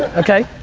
okay.